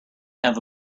have